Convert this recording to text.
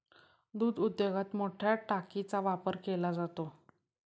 दूध उद्योगात मोठया टाकीचा वापर केला जातो